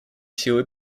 силы